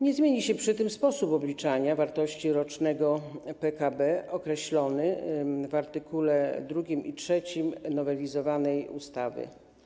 Nie zmieni się przy tym sposób obliczania wartości rocznego PKB określony w art. 2 i 3 nowelizowanej ustawy.